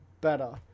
better